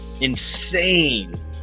insane